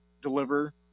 deliver